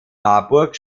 marburg